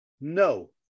No